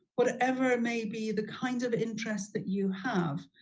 whatever may be the kind of interest that you have,